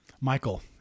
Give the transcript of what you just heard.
Michael